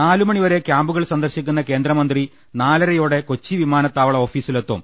നാലുമണിവരെ ക്യാമ്പുകൾ ് സന്ദർശിക്കുന്ന കേന്ദ്ര മന്ത്രി നാലരയോടെ കൊച്ചി വിമാനത്താവള ഓഫീസിലെത്തും